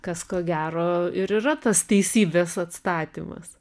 kas ko gero ir yra tas teisybės atstatymas